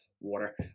water